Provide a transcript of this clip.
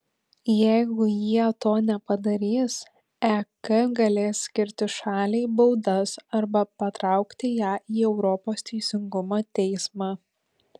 jeigu jie to nepadarys ek galės skirti šaliai baudas arba patraukti ją į europos teisingumo teismą